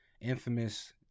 infamous